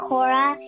Cora